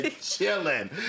Chilling